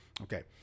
Okay